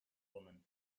woman